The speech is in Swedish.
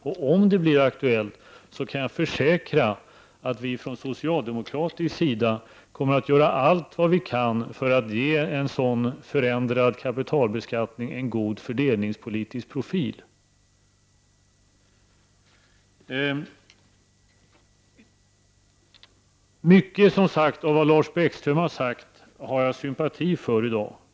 Och jag kan försäkra att om det blir aktuellt, kommer vi från socialdemokratisk sida att göra allt vad vi kan för att ge en sådan förändrad kapitalbeskattning en god fördelningspolitisk profil. Mycket av vad Lars Bäckström sagt har jag sympati för i dag.